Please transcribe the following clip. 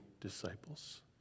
disciples